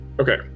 okay